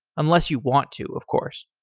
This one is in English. unless you want to, of course.